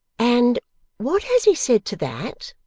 and what has he said to that